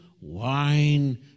wine